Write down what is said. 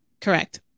Correct